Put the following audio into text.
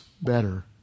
better